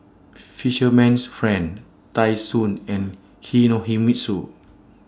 Fisherman's Friend Tai Sun and Kinohimitsu